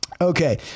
Okay